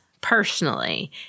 personally